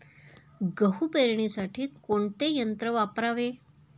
गहू पेरणीसाठी कोणते यंत्र वापरावे?